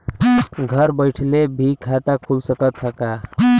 घरे बइठले भी खाता खुल सकत ह का?